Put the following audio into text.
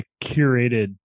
curated